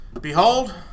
behold